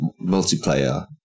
multiplayer